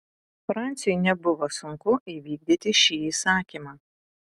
franciui nebuvo sunku įvykdyti šį įsakymą